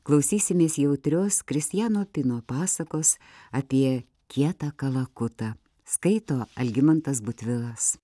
klausysimės jautrios kristiano pino pasakos apie kietą kalakutą skaito algimantas butvilas